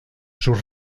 sus